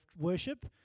worship